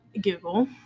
google